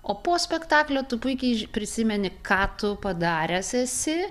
o po spektaklio tu puikiai prisimeni ką tu padaręs esi